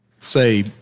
say